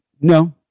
no